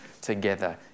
together